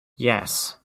yes